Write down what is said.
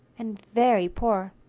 and very poor.